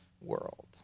world